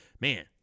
Man